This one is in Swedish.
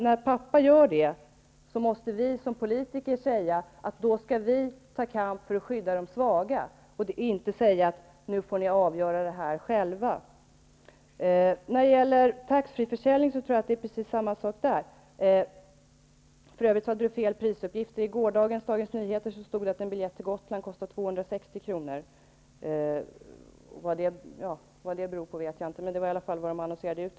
När pappa gör det, måste vi som politiker säga att vi tar kamp för att skydda de svaga. Vi kan inte säga att familjerna får avgöra det här själva. Jag tror att samma sak gäller för taxfreeförsäljningen. För övrigt förekom fel prisuppgifter här. I gårdagens Dagens Nyheter stod det att en biljett till Gotland kostar 260 kr. Vad det beror på vet jag inte, men det var i alla fall vad som sades i annonsen.